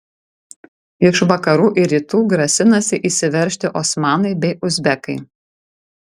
iš vakarų ir rytų grasinasi įsiveržti osmanai bei uzbekai